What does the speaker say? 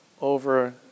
over